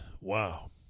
Wow